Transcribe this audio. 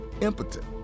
impotent